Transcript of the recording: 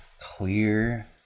clear